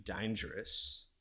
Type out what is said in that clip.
dangerous